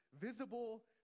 visible